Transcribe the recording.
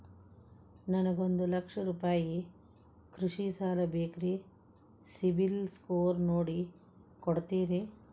ನನಗೊಂದ ಲಕ್ಷ ರೂಪಾಯಿ ಕೃಷಿ ಸಾಲ ಬೇಕ್ರಿ ಸಿಬಿಲ್ ಸ್ಕೋರ್ ನೋಡಿ ಕೊಡ್ತೇರಿ?